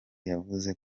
yavuze